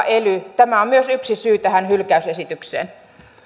ely tämä on myös yksi syy tähän hylkäysesitykseen